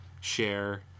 Share